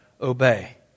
obey